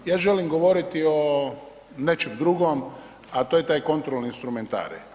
Ja želim govoriti o nečem drugom, a to je taj kontrolni instrumentarij.